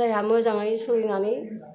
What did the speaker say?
जायहा मोजाङै सोलिनानै